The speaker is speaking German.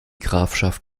grafschaft